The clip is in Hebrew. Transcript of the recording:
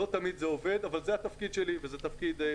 לא תמיד זה עובד אבל זה התפקיד שלי וזה תפקיד לא קל.